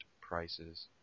prices